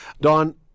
Don